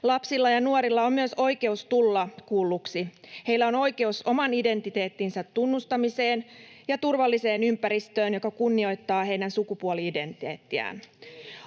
Lapsilla ja nuorilla on myös oikeus tulla kuulluiksi. Heillä on oikeus oman identiteettinsä tunnustamiseen ja turvalliseen ympäristöön, joka kunnioittaa heidän sukupuoli-identiteettiään.